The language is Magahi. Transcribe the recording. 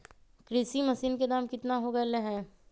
कृषि मशीन के दाम कितना हो गयले है?